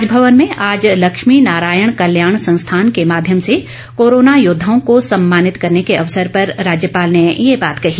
राजभवन में आज लक्ष्मी नारायण कल्याण संस्थान के माध्यम से कोरोना योद्वाओं को सम्मानित करने के अवसर पर राज्यपाल ने ये बात कही